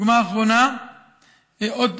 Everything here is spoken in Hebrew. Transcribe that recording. עוד דוגמה: